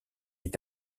est